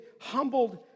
humbled